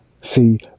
See